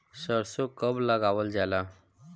सरसो कब लगावल जाला?